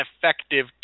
effective